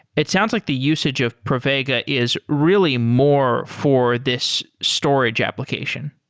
it sounds like the usage of pravega is really more for this storage application.